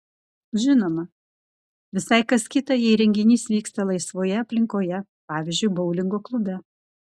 žinoma visai kas kita jei renginys vyksta laisvoje aplinkoje pavyzdžiui boulingo klube